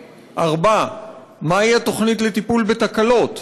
4. מהי התוכנית לטיפול בתקלות?